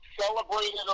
celebrated